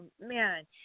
man